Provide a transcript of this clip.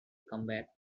comeback